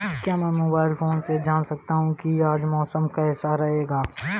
क्या मैं mobile phone से जान सकता हूँ कि आज मौसम कैसा रहेगा?